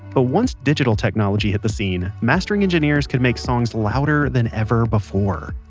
but once digital technology hit the scene, mastering engineers could make songs louder than ever before.